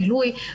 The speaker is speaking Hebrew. בילוי,